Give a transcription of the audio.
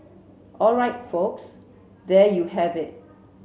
all right folks there you have it